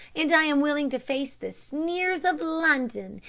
and i am willing to face the sneers of london,